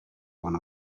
one